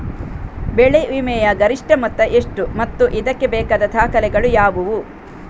ಬೆಳೆ ವಿಮೆಯ ಗರಿಷ್ಠ ಮೊತ್ತ ಎಷ್ಟು ಮತ್ತು ಇದಕ್ಕೆ ಬೇಕಾದ ದಾಖಲೆಗಳು ಯಾವುವು?